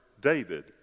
David